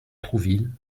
trouville